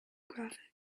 graphic